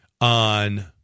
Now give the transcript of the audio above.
on